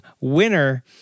winner